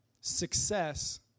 success